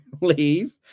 leave